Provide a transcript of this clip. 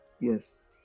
Yes